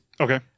Okay